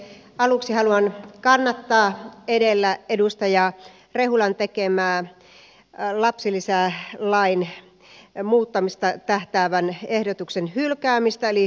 aluksi haluan kannattaa edustaja rehulan edellä tekemää esitystä lapsilisälain muuttamiseen tähtäävän ehdotuksen hylkäämisestä eli hylkyehdotusta